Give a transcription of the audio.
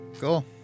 Cool